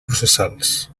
processals